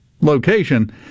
location